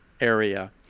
area